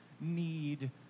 need